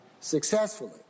successfully